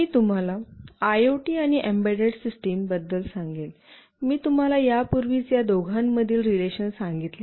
मी तुम्हाला आयओटी आणि embedded system बद्दल सांगेन मी तुम्हाला यापूर्वीच या दोघांमधील रिलेशन सांगितले आहे